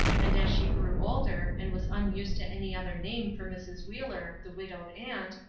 and as she grew older and was unused to any other name for mrs. wheeler, the widowed aunt,